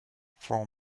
for